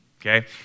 okay